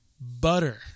Butter